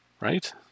right